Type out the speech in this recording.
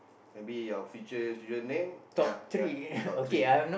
maybe your future children name ya ya top three